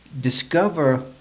Discover